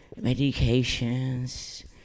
medications